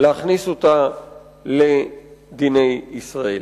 להכניס אותה לדיני ישראל.